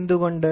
എന്തുകൊണ്ട്